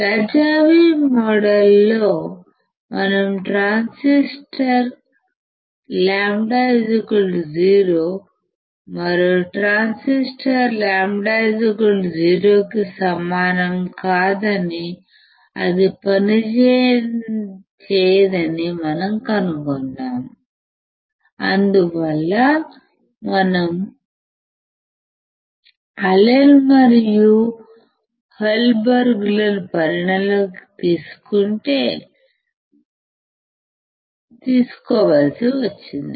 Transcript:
రజావి మోడల్లో మనం ట్రాన్సిస్టర్ λ 0 మరో ట్రాన్సిస్టర్ λ 0 కి సమానం కాదని అది పనిచేయదని మనం కనుగొన్నాము అందువల్ల మనం అలెన్ మరియు హోల్బెర్గ్లను పరిగణనలోకి తీసుకోవలసి వచ్చింది